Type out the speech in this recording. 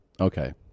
okay